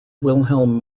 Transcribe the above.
wilhelm